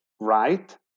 right